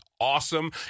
awesome